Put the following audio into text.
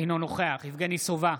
אינו נוכח יבגני סובה,